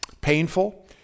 painful